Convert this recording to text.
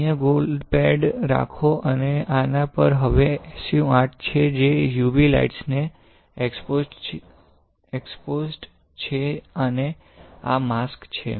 અહીં gold pad રાખો અને આના પર હવે SU 8 છે જે UV લાઇટ ને એક્સ્પોઝ્ડ છે અને આ માસ્ક છે